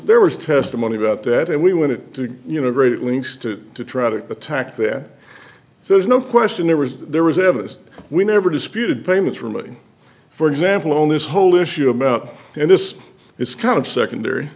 there was testimony about that and we wanted to you know great lengths to try to attack there so there's no question there was there was evidence we never disputed payments really for example on this whole issue about and this is kind of secondary